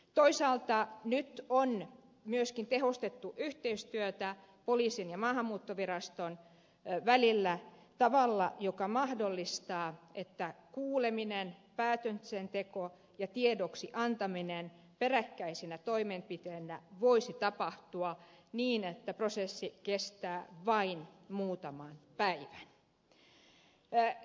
toisaalta nyt on myöskin tehostettu yhteistyötä poliisin ja maahanmuuttoviraston välillä tavalla joka mahdollistaa että kuuleminen päätöksenteko ja tiedoksiantaminen peräkkäisinä toimenpiteinä voisi tapahtua niin että prosessi kestää vain muutaman päivän